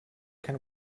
can